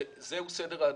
שזהו סדר העדיפויות.